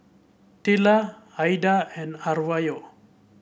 Tilla Aida and Arvo